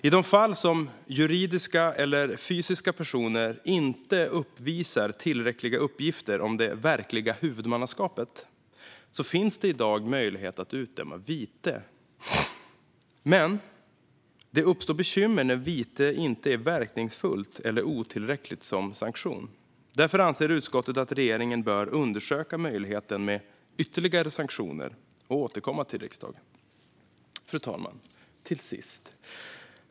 I de fall som juridiska eller fysiska personer inte uppvisar tillräckliga uppgifter om det verkliga huvudmannaskapet finns det i dag möjlighet att utdöma vite. Men det uppstår bekymmer när vite inte är verkningsfullt eller tillräckligt som sanktion. Därför anser utskottet att regeringen bör undersöka möjligheten med ytterligare sanktioner och återkomma till riksdagen. Fru talman!